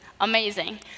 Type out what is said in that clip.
amazing